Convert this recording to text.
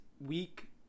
week